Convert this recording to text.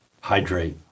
Hydrate